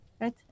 right